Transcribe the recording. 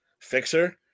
Fixer